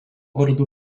vardu